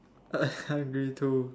I'm hungry too